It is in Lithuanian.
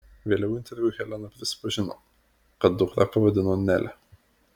vėliau interviu helena prisipažino kad dukrą pavadino nele